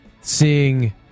seeing